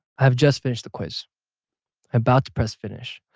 i've just finished the quiz about to press finish.